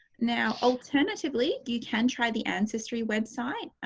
now, alternatively you can try the ancestry website.